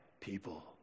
people